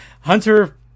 Hunter